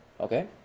Okay